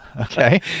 Okay